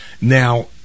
Now